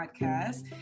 podcast